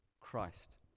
Christ